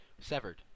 Severed